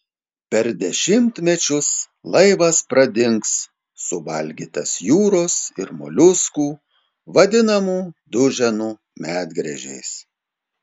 per dešimtmečius laivas pradings suvalgytas jūros ir moliuskų vadinamų duženų medgręžiais